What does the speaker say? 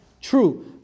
true